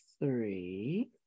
three